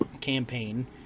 campaign